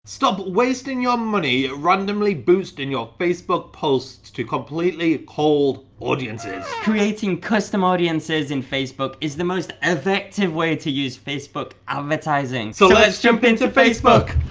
stop wasting your money ah randomly boosting your facebook posts to completely cold audiences. creating custom audiences in facebook is the most effective way to use facebook advertising. so let's jump into facebook!